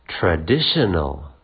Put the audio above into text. Traditional